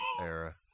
era